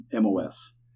MOS